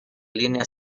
línea